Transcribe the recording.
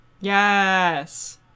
Yes